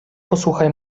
posłuchaj